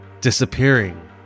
disappearing